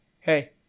hey